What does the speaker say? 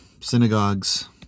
synagogues